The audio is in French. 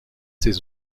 ces